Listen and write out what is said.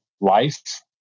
life